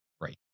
right